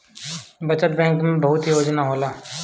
बचत बैंक में बहुते योजना होला